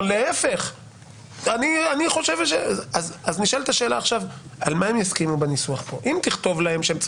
- הכנסת אומרת שאני עכשיו מחוקקת חוק שהוא לא